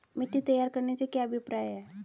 मिट्टी तैयार करने से क्या अभिप्राय है?